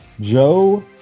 Joe